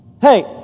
Hey